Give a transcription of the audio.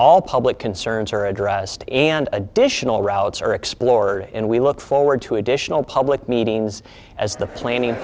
all public concerns are addressed and additional routes are explored and we look forward to additional public meetings as the planning